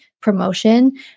promotion